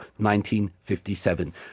1957